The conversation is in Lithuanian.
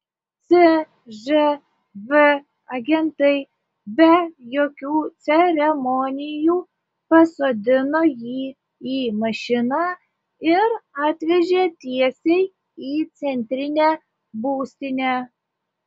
cžv agentai be jokių ceremonijų pasodino jį į mašiną ir atvežė tiesiai į centrinę būstinę